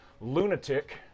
lunatic